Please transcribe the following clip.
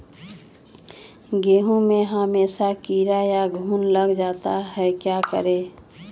गेंहू में हमेसा कीड़ा या घुन लग जाता है क्या करें?